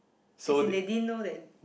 as in they didn't know that